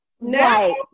now